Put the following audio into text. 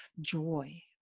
joy